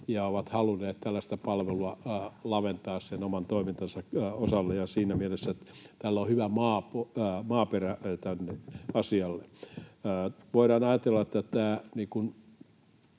ja ovat halunneet tällaista palvelua laventaa sen oman toimintansa osalle, ja siinä mielessä on hyvä maaperä asialle. Voidaan ajatella, että kun